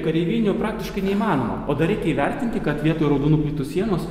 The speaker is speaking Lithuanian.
kareivinių praktiškai neįmanoma o dar reikia įvertinti kad vietoj raudonų plytų sienos